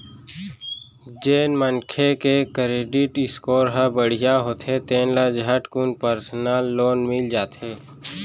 जेन मनखे के करेडिट स्कोर ह बड़िहा होथे तेन ल झटकुन परसनल लोन मिल जाथे